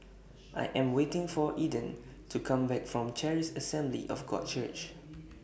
I Am waiting For Eden to Come Back from Charis Assembly of God Church